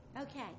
Okay